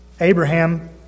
Abraham